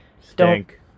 Stink